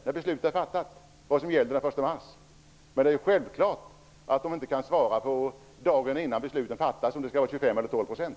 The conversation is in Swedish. När beslutet är fattat vet man vad som gäller den första mars, men det är självklart att personalen dagen innan beslutet fattas inte kan svara på om momsen skall vara 25 eller 12 %.